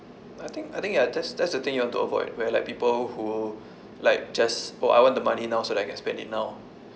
I think I think ya that's that's the thing you have to avoid where like people who like just oh I want the money now so that I can spend it now